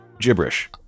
gibberish